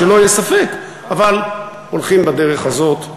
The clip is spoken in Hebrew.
אבל הולכים בדרך הזאת,